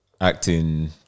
Acting